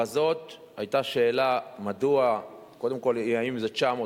"פרזות": היתה שאלה מדוע, קודם כול, האם זה 900?